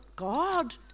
God